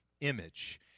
image